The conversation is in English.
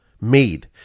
made